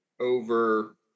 over